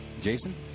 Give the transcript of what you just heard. Jason